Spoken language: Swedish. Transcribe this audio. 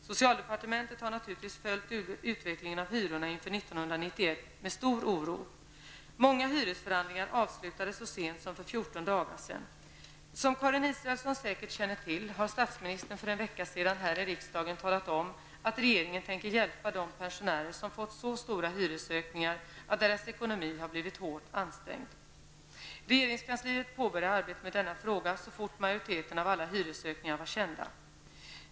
Socialdepartementet har naturligtvis följt utvecklingen av hyrorna inför år 1991 med stor oro. Många hyresförhandlingar avslutades så sent som för 14 dagar sedan. Som Karin Israelsson säkert känner till har statsministern för en vecka sedan här i riksdagen talat om att regeringen tänker hjälpa de pensionärer som fått så stora hyreshöjningar att deras ekonomi har blivit hårt ansträngd. Regeringskansliet påbörjade arbetet med denna fråga så fort majoriteten av alla hyreshöjningar var kända.